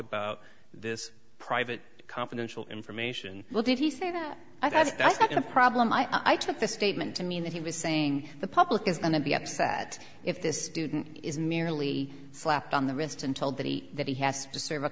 about this private confidential information well did he say that i thought it a problem i took the statement to mean that he was saying the public is going to be upset if this didn't is merely slapped on the wrist and told that he that he has to serve a